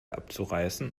abzureißen